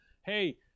hey